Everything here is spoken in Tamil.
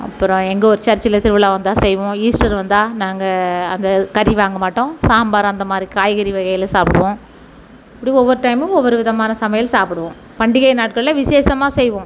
அப்புறோம் எங்கள் ஊர் சர்ச்சில் திருவிழா வந்தால் செய்வோம் ஈஸ்டர் வந்தால் நாங்கள் அந்த கறி வாங்கமாட்டோம் சாம்பார் அந்தமாதிரி காய்கறி வகைகளை சாப்பிடுவோம் இப்படி ஒவ்வொரு டைமும் ஒவ்வொரு விதமான சமையல் சாப்பிடுவோம் பண்டிகை நாட்களில் விசேஷமாக செய்வோம்